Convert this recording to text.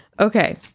Okay